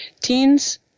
Teens